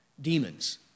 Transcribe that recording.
Demons